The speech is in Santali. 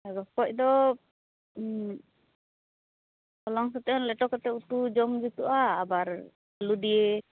ᱨᱚᱠᱚᱡ ᱫᱚ ᱦᱚᱞᱚᱝ ᱥᱟᱣᱛᱮᱦᱚᱸ ᱞᱮᱴᱚ ᱠᱟᱛᱮᱫ ᱩᱛᱩ ᱡᱚᱢ ᱡᱩᱛᱩᱜᱼᱟ ᱟᱵᱟᱨ ᱟᱹᱞᱩ ᱫᱤᱭᱮ